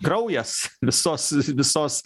kraujas visos visos